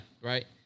right